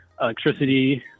electricity